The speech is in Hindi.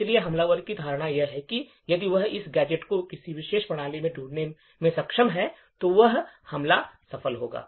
इसलिए हमलावर की धारणा यह है कि यदि वह इन गैजेट्स को किसी विशेष प्रणाली में ढूंढने में सक्षम है तो वह हमला सफल होगा